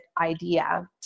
idea